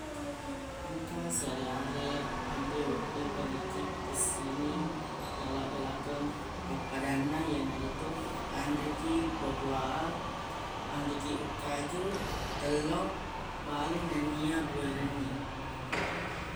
Engka siareq-areq anre wedding balikkiq pakessingi aggalaq-galakeng pappadanna iyanaritu anrekiq bua-buahang anrekkiq ukkaju tello bale nennia buwe renniq